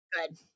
Good